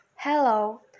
Hello